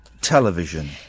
television